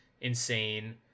insane